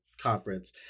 conference